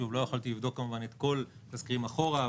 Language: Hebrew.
שוב לא יכולתי לבדוק כמובן את כל התזכירים אחורה,